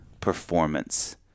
performance